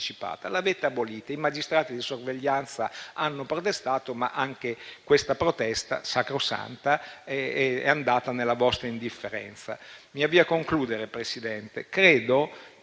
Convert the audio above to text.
L'avete abolita. I magistrati di sorveglianza hanno protestato, ma anche questa protesta sacrosanta è andata nella vostra indifferenza. Signora Presidente,